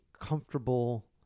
comfortable